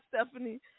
Stephanie